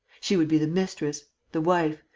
she would be the mistress, the wife,